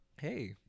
Hey